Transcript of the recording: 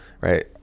Right